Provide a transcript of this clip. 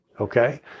okay